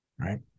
right